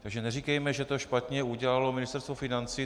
Takže neříkejme, že špatně to udělalo Ministerstvo financí.